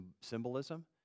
symbolism